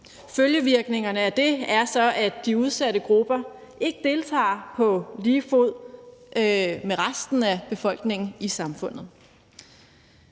Følgevirkningerne af det er så, at de udsatte grupper ikke deltager på lige fod med resten af befolkningen i samfundet.